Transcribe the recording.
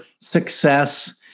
success